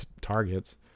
targets